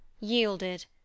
yielded